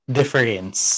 difference